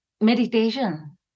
meditation